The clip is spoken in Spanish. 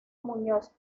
muñoz